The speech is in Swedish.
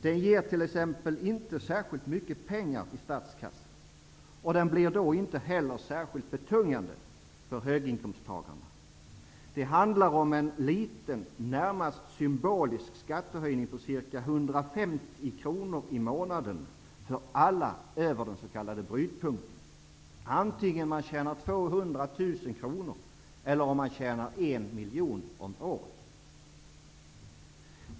Den ger t.ex. inte särskilt mycket pengar i statskassan. Den blir då inte heller särskilt betungande för höginkomsttagarna. Det handlar om en liten, närmast symbolisk skattehöjning på ca brytpunkten -- oavsett om man tjänar 200 000 kr eller 1 miljon om året alltså.